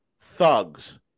Thugs